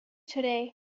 today